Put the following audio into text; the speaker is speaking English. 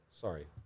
sorry